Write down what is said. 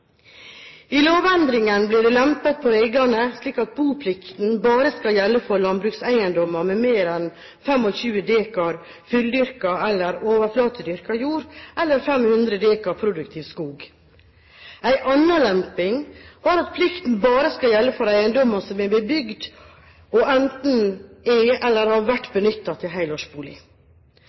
I lovendringen ble det lempet på reglene slik at boplikten bare skal gjelde for landbrukseiendommer med mer enn 25 dekar fulldyrka eller overflatedyrka jord, eller 500 dekar produktiv skog. En annen lemping var at plikten bare skal gjelde for eiendommer som er bebygd, og enten er eller har vært benyttet til helårsbolig.